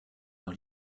dans